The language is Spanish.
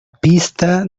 pista